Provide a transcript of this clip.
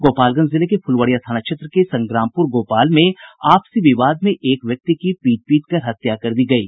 गोपालगंज जिले में फुलवारिया थाना क्षेत्र के संग्रामपुर गोपाल में आपसी विवाद में एक व्यक्ति की पीट पीट कर हत्या कर दी गयी